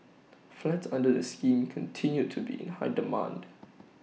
flats under the scheme continue to be in high demand